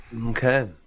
Okay